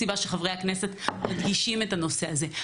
הסיבה שחברי הכנסת מדגישים את הנושא הזה.